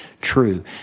true